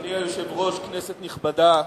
אדוני היושב-ראש, כנסת נכבדה,